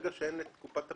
ברגע שאין קופת פיקדון,